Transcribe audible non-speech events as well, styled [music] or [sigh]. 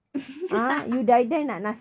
[laughs]